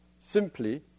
simply